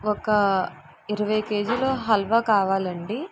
ఒక ఇరవై కేజీల హల్వా కావాలండి